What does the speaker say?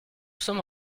sommes